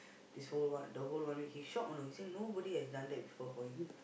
this whole one the whole one week he shocked you know he say nobody has done that before for him